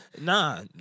Nah